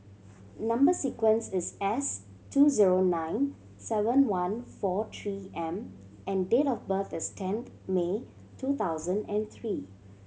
number sequence is S two zero nine seven one four Three M and date of birth is tenth May two thousand and three